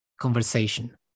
conversation